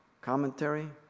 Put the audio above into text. commentary